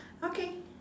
okay